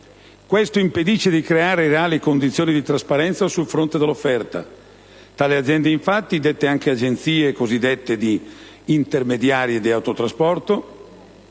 impedisce di creare reali condizioni di trasparenza sul fronte dell'offerta. Tali aziende infatti, dette anche agenzie cosiddette intermediarie di autotrasporto,